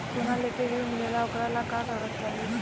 सोना लेके ऋण मिलेला वोकरा ला का कागज लागी?